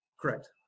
correct